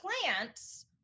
plants